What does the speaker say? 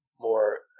more